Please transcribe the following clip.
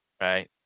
right